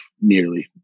nearly